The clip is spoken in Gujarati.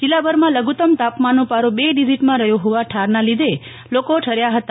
જિલ્લાભરમાં લધુતમ તાપમાનનો પારો બે ડિઝીટમાં રહ્યો ફોવા ઠારના લીધે લોકો ઠર્યા ફતા